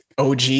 OG